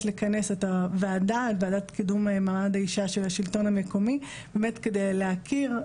לכנס את ועדת קידום מעמד האישה של השלטון המקומי כדי להכיר,